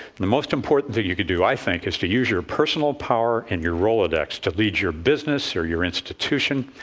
the most important thing you can do, i think, is to use your personal power and your rolodex to lead your business, your your institution,